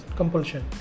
compulsion